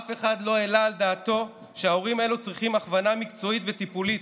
אף אחד לא העלה בדעתו שההורים האלה צריכים הכוונה מקצועית וטיפולית,